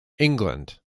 england